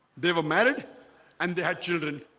they were married and they had children